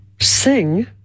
sing